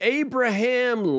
abraham